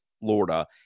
Florida